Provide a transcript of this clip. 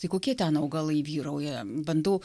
tai kokie ten augalai vyrauja bandau